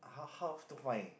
her house to mine